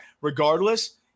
Regardless